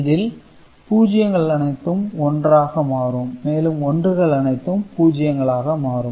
இதில் பூஜ்ஜியங்கள் அனைத்தும் ஒன்றாக மாறும் மேலும் ஒன்று கள் அனைத்தும் பூஜ்ஜியங்கள் ஆக மாறும்